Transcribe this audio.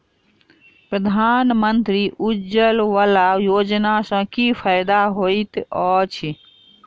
प्रधानमंत्री उज्जवला योजना सँ की फायदा होइत अछि?